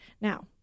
Now